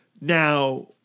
Now